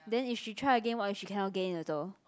then if she try again what if she cannot get in also